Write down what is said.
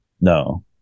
No